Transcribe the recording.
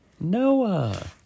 Noah